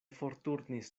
forturnis